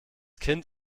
kind